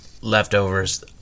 leftovers